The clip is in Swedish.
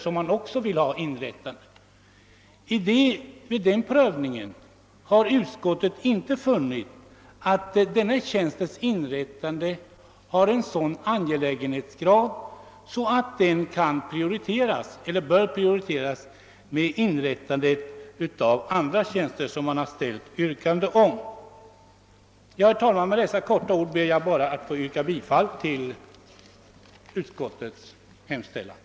Vid denna prövning har utskottet funnit att inrättandet av den här aktuella tjänsten inte har en sådan angelägenhetsgrad att den kan eller bör prioriteras gentemot inrättande av andra yrkade tjänster. Herr talman! Med dessa ord ber jag att få yrka bifall till utskottets hemställan.